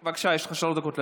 בבקשה, יש לך שלוש דקות להשיב.